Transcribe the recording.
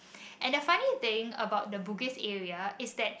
and the funny thing about the Bugis area is that